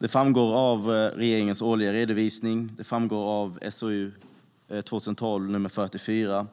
Det framgår av regeringens årliga redovisning, och det framgår av SOU 2012:44